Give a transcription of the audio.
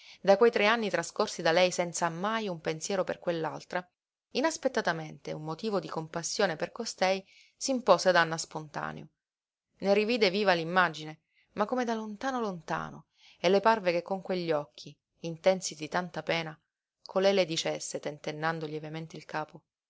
da quei tre anni trascorsi da lei senza mai un pensiero per quell'altra inaspettatamente un motivo di compassione per costei s'impose ad anna spontaneo ne rivide viva l'immagine ma come da lontano lontano e le parve che con quegli occhi intensi di tanta pena colei le dicesse tentennando lievemente il capo